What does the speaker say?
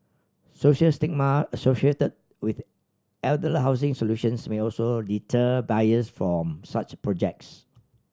social stigma associated with elder housing solutions may also deter buyers from such projects